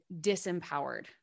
disempowered